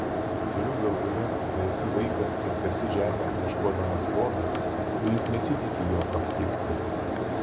turiu galvoje kai esi vaikas ir kasi žemę ieškodamas lobio tu juk nesitiki jo aptikti